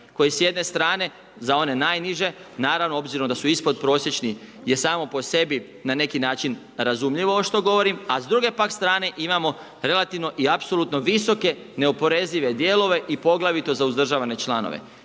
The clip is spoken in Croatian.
koji s jedne stane za one najniže naravno obzirom da su ispod prosječnih je samo po sebi na neki način razumljivo ovo što govorim, a s druge pak strane imamo relativno i apsolutno visoke neoporezive dijelove i poglavito za uzdržavane članove.